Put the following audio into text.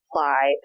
Apply